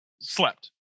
slept